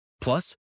Plus